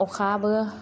अखाबो